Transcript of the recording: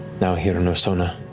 now here in rosohna,